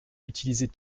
utiliser